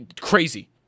crazy